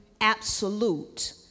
absolute